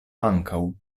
ankaŭ